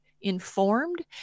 informed